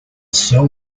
sell